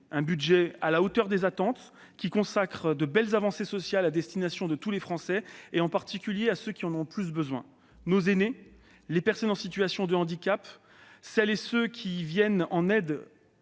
d'un budget à la hauteur des attentes, qui consacre de belles avancées sociales à destination de tous les Français- en particulier de ceux qui en ont le plus besoin : nos aînés, les personnes en situation de handicap, ainsi que celles et ceux qui leur viennent en aide